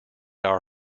our